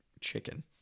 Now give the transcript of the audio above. chicken